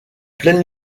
pleine